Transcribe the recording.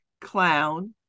clown